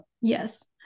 Yes